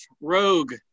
Rogue